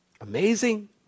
Amazing